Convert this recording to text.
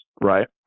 right